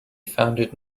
founded